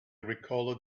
recalled